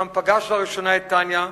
שם פגש לראשונה את טניה,